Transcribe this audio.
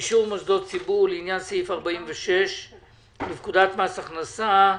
אישור מוסדות ציבור לעניין סעיף 46 לפקודת מס הכנסה.